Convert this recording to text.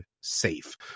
safe